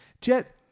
Jet